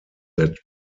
that